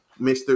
Mr